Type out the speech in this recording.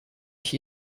ich